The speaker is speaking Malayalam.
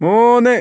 മൂന്ന്